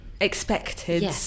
Expected